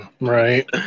right